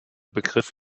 begriff